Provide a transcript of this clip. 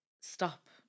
stop